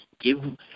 give